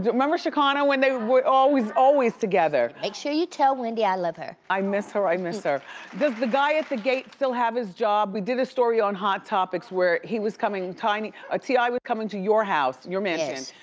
but member shekinah, when they were always, always together? make sure you tell wendy i love her. i miss her, i miss her. does the guy at the gate still have his job? we did a story on hot topics where he was coming, kind of ti, was coming to your house, to your mansion,